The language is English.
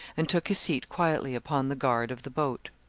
and took his seat quietly upon the guard of the boat.